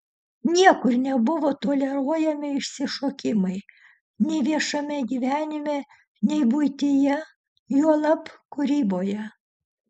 niekur nebuvo toleruojami išsišokimai nei viešame gyvenime nei buityje juolab kūryboje